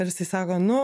ir jisai sako nu